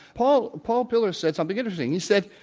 paul paul pillar said something interesting. he said,